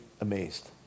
amazed